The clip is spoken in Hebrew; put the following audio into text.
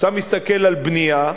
כשאתה מסתכל על בנייה,